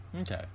Okay